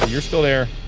you're still there,